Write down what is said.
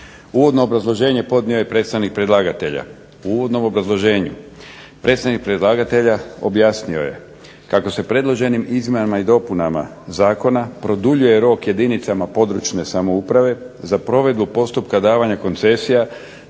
Uvodno obrazloženje podnio je predstavnik predlagatelja. U uvodnom obrazloženju predstavnik predlagatelja objasnio je kako se predloženim izmjenama i dopunama zakona produljuje rok jedinicama područne samouprave za provedbu postupka davanja koncesija